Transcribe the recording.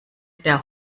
der